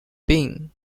bin